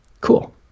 Cool